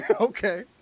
Okay